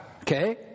Okay